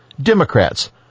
Democrats